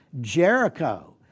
Jericho